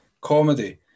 comedy